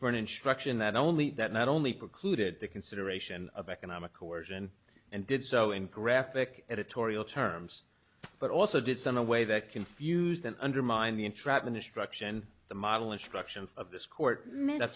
for an instruction that only that not only precluded the consideration of economic coercion and did so in graphic editorial terms but also did some away that confused and undermined the entrapment instruction the model instruction of this court made